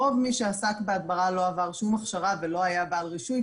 רוב מי שעסק בהדברה לא עבר שום הכשרה ולא היה בעל רישוי,